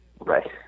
right